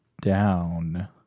down